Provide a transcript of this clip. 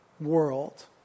world